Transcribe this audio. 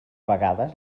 vegades